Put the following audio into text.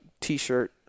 t-shirt